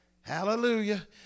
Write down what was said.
Hallelujah